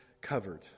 covered